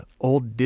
old